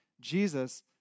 Jesus